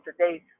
today